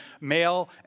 Male